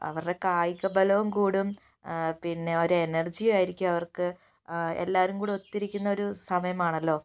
അവരുടെ കായിക ബലവും കൂടും പിന്നെ ഒരു എനർജി യുമായിരിക്കും അവർക്ക് ആ എല്ലാവരും കൂടെ ഒത്തിരിക്കുന്ന ഒരു സമയമാണല്ലോ